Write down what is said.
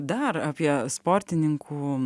dar apie sportininkų